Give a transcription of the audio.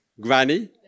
granny